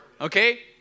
Okay